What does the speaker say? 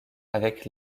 avec